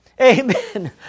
Amen